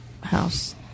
House –